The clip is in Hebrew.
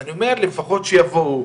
ואני אומר לכם פה שדוח מבקר המדינה,